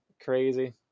Crazy